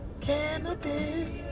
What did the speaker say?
cannabis